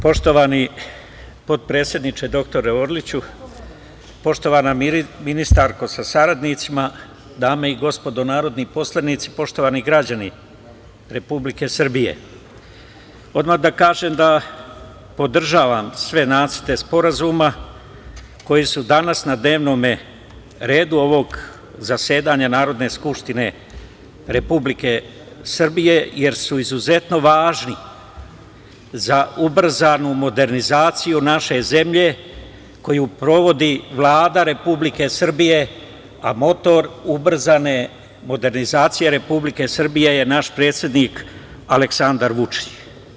Poštovani potpredsedniče dr Orliću, poštovana ministarko sa saradnicima, dame i gospodo narodni poslanici, poštovani građani Republike Srbije, odmah da kažem da podržavam sve nacrte sporazuma koji su danas na dnevnome redu ovog zasedanja Narodne skupštine Republike Srbije, jer su izuzetno važni za ubrzanu modernizaciju naše zemlje, koju provodi Vlada Republike Srbije, a motor ubrzane modernizacije Republike Srbije je naš predsednik Aleksandar Vučić.